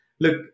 look